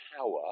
power